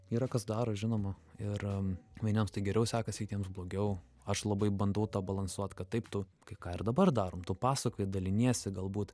yra kas daro žinoma ir vieniems tai geriau sekasi kitiems blogiau aš labai bandau tą balansuot kad taip tu kai ką ir dabar darom tu pasakoji daliniesi galbūt